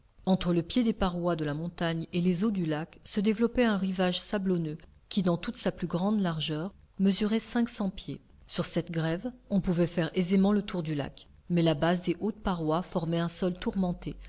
entre le pied des parois de la montagne et les eaux du lac se développait un rivage sablonneux qui dans sa plus grande largeur mesurait cinq cents pieds sur cette grève on pouvait faire aisément le tour du lac mais la base des hautes parois formait un sol tourmenté